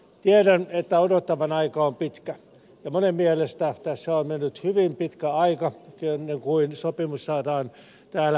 tiedän että odottavan aika on pitkä ja monen mielestä tässä on mennyt hyvin pitkä aika ennen kuin sopimus saadaan täällä käsittelyyn